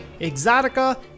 exotica